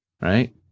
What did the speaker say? Right